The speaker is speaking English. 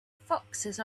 foxes